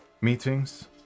Meetings